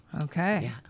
Okay